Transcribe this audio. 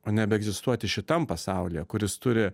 o nebeegzistuoti šitam pasaulyje kuris turi